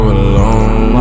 alone